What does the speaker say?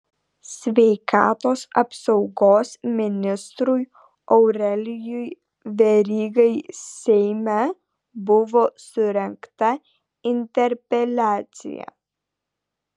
sveikatos apsaugos ministrui aurelijui verygai seime buvo surengta interpeliacija